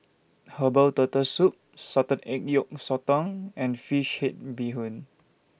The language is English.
Herbal Turtle Soup Salted Egg Yolk Sotong and Fish Head Bee Hoon